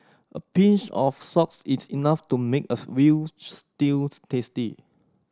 a pinch of salts is enough to make us veal stew tasty